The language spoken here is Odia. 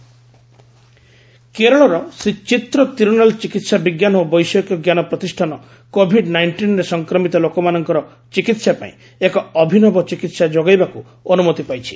ଆଇସିଏମ୍ଆର୍ ଆପ୍ରୋଭାଲ୍ କେରଳର ଶ୍ରୀ ଚିତ୍ର ତିରୁନାଲ ଚିକିତ୍ସା ବିଜ୍ଞାନ ଓ ବୈଷୟିକଜ୍ଞାନ ପ୍ରତିଷ୍ଠାନ କୋଭିଡ୍ ନାଇଷ୍ଟନ୍ରେ ସଂକ୍ରମିତ ଲୋକମାନଙ୍କର ଚିକିହା ପାଇଁ ଏକ ଅଭିନବ ଚିକିହା ଯୋଗାଇବାକୁ ଅନୁମତି ପାଇଛି